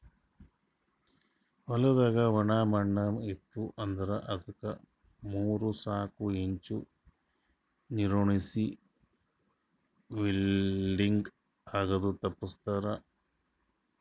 ಹೊಲ್ದಾಗ ಒಣ ಮಣ್ಣ ಇತ್ತು ಅಂದ್ರ ಅದುಕ್ ಮೂರ್ ನಾಕು ಇಂಚ್ ನೀರುಣಿಸಿ ವಿಲ್ಟಿಂಗ್ ಆಗದು ತಪ್ಪಸ್ತಾರ್